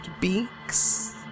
beaks